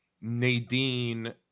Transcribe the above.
nadine